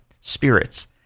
spirits